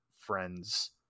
friends